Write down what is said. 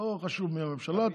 לא חשוב מי הממשלה,